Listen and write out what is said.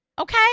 Okay